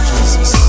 Jesus